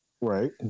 Right